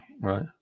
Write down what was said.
right